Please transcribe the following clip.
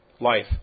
life